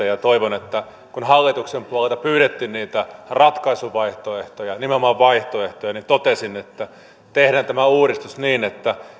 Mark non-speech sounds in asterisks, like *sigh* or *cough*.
*unintelligible* ja kun hallituksen puolelta pyydettiin niitä ratkaisuvaihtoehtoja nimenomaan vaihtoehtoja niin totesin että tehdään tämä uudistus niin että